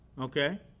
okay